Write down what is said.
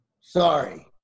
sorry